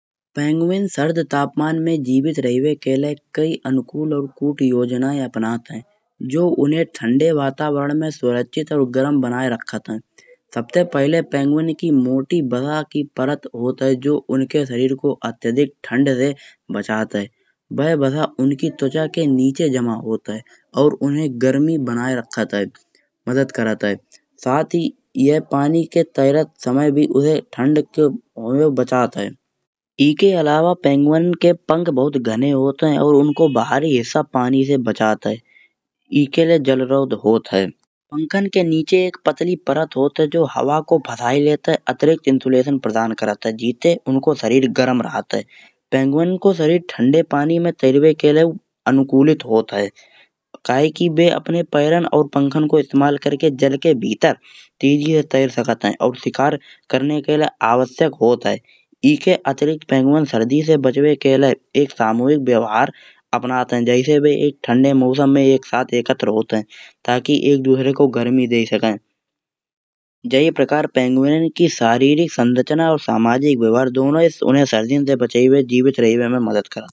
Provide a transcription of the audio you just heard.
पेंगुइन शार्द तापमान में जीवित रहवे के लिए कई अनुकूल और कूट योजनाएं अपनात हैं। जो उन्हें ठंडे वातावरण में सुरक्षित वा गरम बनाए रखात हैं। सबसे पहिले पेंगुइन की मोटी बसा की परत होत है जो उनके शरीर को अत्यधिक ठंड से बचात है। वह बसा उनकी त्वचा के नीचे जमा होत है और उन्हें गर्मी बनाए रखात है मदद करात है। साथ ही यह पानी के तैरत समय भी उसे ठंड के होये से बचात है। एके अलावा पेंगुइन के पंख बहुत घने होत हैं और उनको बाहरी हिस्सा पानी से बचात है एके लिए जलरोध होत है। पंखन के नीचे एक पतली परत होत है जो हवा को फसाई लेत है अतिरिक्त इन्सुलेशन प्रदान करात है। जिससे उनको शरीर गर्म रहत है। पेंगुइन को शरीर ठंडे पानी में तैरावे के लिए अनुकूलित होत है। कहे की वे अपने पैरण और पंखन को इस्तेमाल करके जल के भीतर तेजी से तैर सकत हैं और शिकार करवें के लिए आवश्यक होत है। एके अतिरिक्त पेंगुइन सर्दी से bachbe के लिए एक समूहीक व्यवहार अपनौत है। जैसे बे एक ठंडे मौसम में एक साथ एकत्र होत हैं ताकि एक दूसरे को गर्मी दै सके। जही प्रकार पेंगुइन की शारीरिक संरचना और सामाजिक व्यवहार दोनों ही उन्हें सर्दियाँ से बचिबे और जीवित रहीवे में मदद करात है।